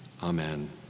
Amen